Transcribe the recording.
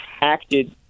acted